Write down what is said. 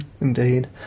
Indeed